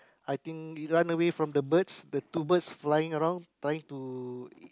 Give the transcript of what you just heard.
I think it run away from the birds the two birds flying around trying to